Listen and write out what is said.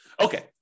Okay